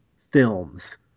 films